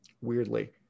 Weirdly